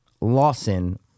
Lawson